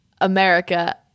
America